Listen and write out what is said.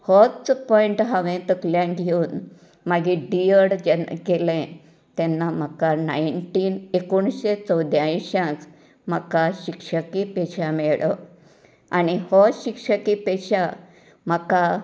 होच पॉयन्ट हांवेन तकल्यांत घेवन मागे डि एड के केलें तेन्ना म्हाका नायन्टीन एकोणशें चौद्यायश्यांक म्हाका शिक्षकी पेशा मेळ्ळो आनी हो शिक्षकी पेशा म्हाका